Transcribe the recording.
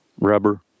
rubber